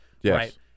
Yes